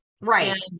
Right